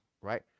right